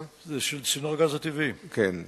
חבר הכנסת גדעון עזרא שאל את